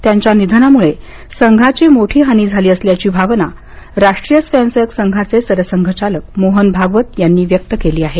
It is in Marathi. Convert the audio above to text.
त्यांच्या निधनामुळे संघाची मोठी हानी झाली असल्याची भावना राष्ट्रीय स्वयंसेवक संघाचे सरसंघचालक मोहन भागवत यांनी व्यक्त केली आहे